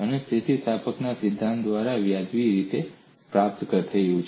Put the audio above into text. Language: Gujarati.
અને તે સ્થિતિસ્થાપકતાના સિદ્ધાંત દ્વારા વ્યાજબી રીતે પ્રાપ્ત થયું છે